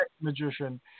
magician